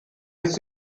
ist